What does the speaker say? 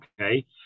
Okay